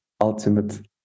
ultimate